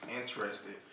interested